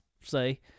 say